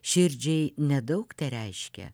širdžiai nedaug tereiškia